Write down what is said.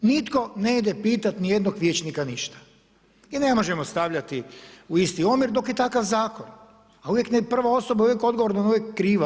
Nitko ne ide pitati ni jednog vijećnika ništa i ne možemo stavljati u isti omjer dok je takav zakon, a uvijek je prva osoba uvijek odgovorna, ona je uvijek kriva.